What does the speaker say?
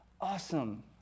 awesome